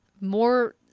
more